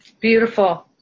Beautiful